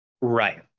Right